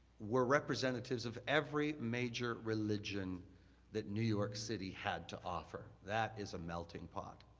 were representatives of every major religion that new york city had to offer. that is a melting pot.